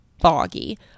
foggy